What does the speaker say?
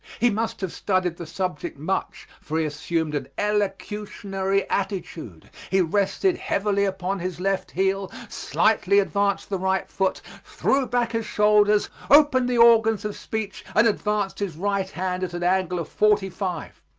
he must have studied the subject much, for he assumed an elocutionary attitude he rested heavily upon his left heel, slightly advanced the right foot, threw back his shoulders, opened the organs of speech, and advanced his right hand at an angle of forty-five.